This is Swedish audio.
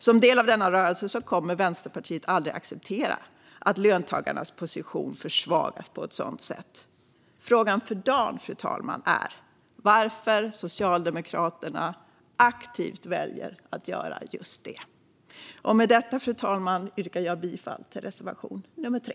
Som del av denna rörelse kommer Vänsterpartiet aldrig att acceptera att löntagarnas position försvagas på ett sådant sätt. Frågan för dagen är varför Socialdemokraterna aktivt väljer att göra just detta. Fru talman! Med detta yrkar jag bifall till reservation nummer 3.